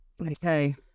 okay